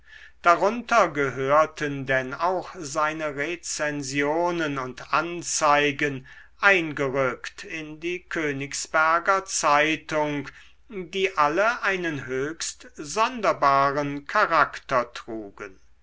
darunter gehörten denn auch seine rezensionen und anzeigen eingerückt in die königsberger zeitung die alle einen höchst sonderbaren charakter trugen